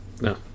No